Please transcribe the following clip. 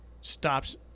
stops